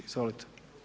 Izvolite.